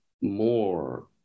more